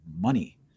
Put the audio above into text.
money